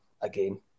again